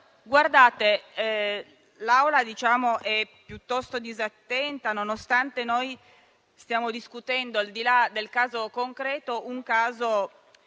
colleghi, l'Aula è piuttosto disattenta, nonostante stiamo discutendo, al di là del caso concreto, un caso